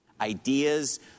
ideas